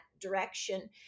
direction